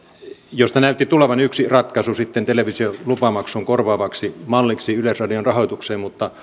josta näytti tulevan yksi ratkaisu televisiolupamaksun korvaavaksi malliksi yleisradion rahoitukseen mutta